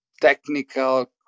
technical